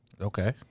Okay